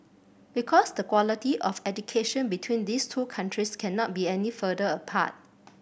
because the quality of education between these two countries cannot be any further apart